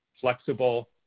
flexible